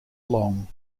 long